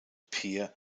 appear